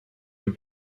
for